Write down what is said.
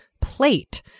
plate